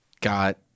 got